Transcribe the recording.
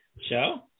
show